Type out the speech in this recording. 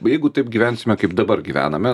jeigu taip gyvensime kaip dabar gyvename